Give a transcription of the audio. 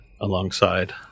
alongside